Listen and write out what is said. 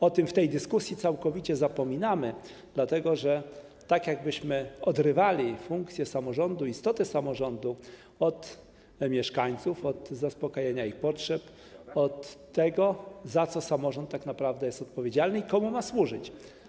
O tym w tej dyskusji całkowicie zapominamy, tak jakbyśmy odrywali funkcje samorządu, istotę samorządu od mieszkańców, od zaspokajania ich potrzeb, od tego, za co samorząd tak naprawdę jest odpowiedzialny i komu ma służyć.